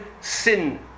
sin